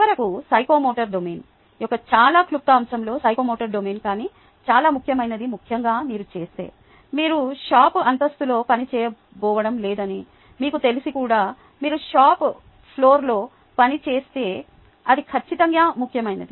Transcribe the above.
చివరకు psychomotor domain యొక్క చాలా క్లుప్త అంశంలో సైకోమోటర్ డొమైన్ కానీ చాలా ముఖ్యమైనది ముఖ్యంగా మీరు చేస్తే మీరు షాపు అంతస్తులో పని చేయబోవడం లేదని మీకు తెలిసి కూడా మీరు షాప్ ఫ్లోర్లో పనిచేస్తే అది ఖచ్చితంగా ముఖ్యమైనది